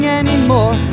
anymore